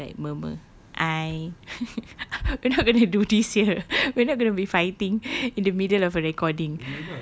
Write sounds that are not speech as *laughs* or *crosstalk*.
then you tend to like murmur I *laughs* we're not gonna do this here we're not gonna be fighting in the middle of a recording